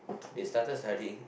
they started studying